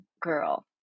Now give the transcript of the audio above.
girl